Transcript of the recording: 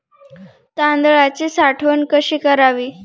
तांदळाची साठवण कशी करावी?